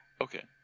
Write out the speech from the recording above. Okay